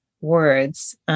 words